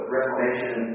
Reformation